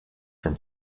from